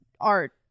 art